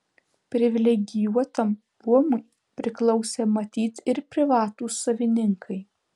privilegijuotam luomui priklausė matyt ir privatūs savininkai